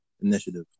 initiative